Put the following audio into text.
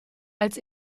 als